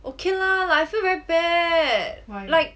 okay lah I feel very bad like